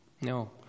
No